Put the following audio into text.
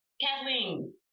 Kathleen